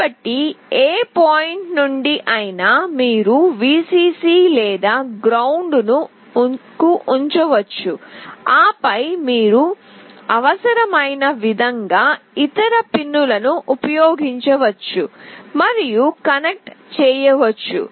కాబట్టి ఏ పాయింట్ నుండి అయినా మీరు Vcc లేదా గ్రౌండ్ను ఉంచవచ్చు ఆపై మీరు అవసరమైన విధంగా ఇతర పిన్లను ఉపయోగించవచ్చు మరియు కనెక్ట్ చేయవచ్చు